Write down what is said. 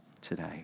today